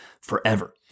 forever